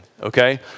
Okay